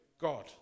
God